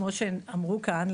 כמו שאמרו כאן,